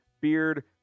beard